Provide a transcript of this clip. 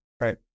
Right